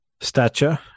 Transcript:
stature